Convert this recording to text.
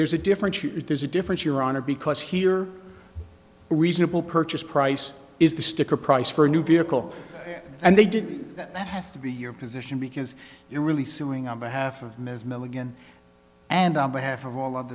there's a difference there's a difference your honor because here a reasonable purchase price is the sticker price for a new vehicle and they did that has to be your position because you're really suing on behalf of ms milligan and on behalf of all of